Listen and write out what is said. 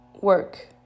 work